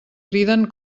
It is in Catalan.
criden